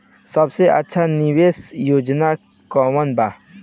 सबसे अच्छा निवेस योजना कोवन बा?